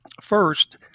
First